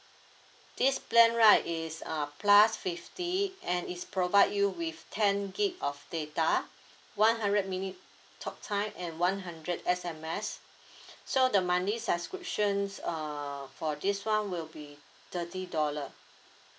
this plan right is uh plus fifty and is provide you with ten gig of data one hundred minutes talk time and one hundred S_M_S so the monthly subscriptions uh for this [one] will be thirty dollar